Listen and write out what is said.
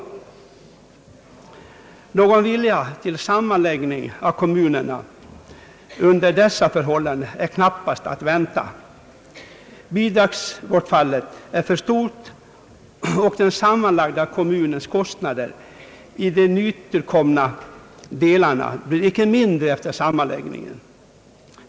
Någon vilja till sammanläggning av kommunerna är under dessa förhållanden ej att vänta. Bidragsbortfallet är för stort, och den sammanlagda kommunens kostnader i de nytillkomna delarna blir inte mindre efter sammanläggningen.